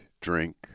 drink